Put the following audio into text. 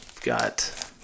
Got